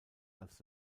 als